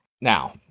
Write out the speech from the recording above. Now